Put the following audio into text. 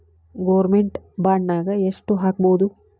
Government ಬಾಂಡ್ನಾಗ್ ಯೆಷ್ಟ್ ಹಾಕ್ಬೊದು?